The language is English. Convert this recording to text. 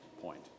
point